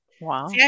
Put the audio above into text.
wow